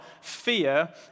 fear